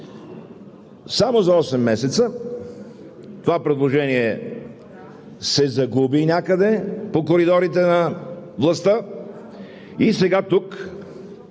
Само за осем месеца това предложение се загуби някъде по коридорите на властта и сега тук